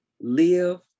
Live